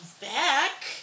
back